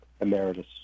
Emeritus